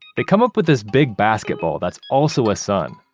they come up with this big basketball that's also a sun.